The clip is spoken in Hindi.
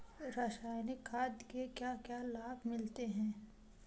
रसायनिक खाद के क्या क्या लाभ मिलते हैं?